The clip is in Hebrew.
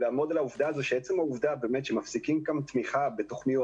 לעמוד על כך שעצם העובדה שמפסיקים תמיכה בתוכניות